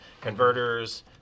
Converters